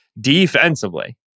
defensively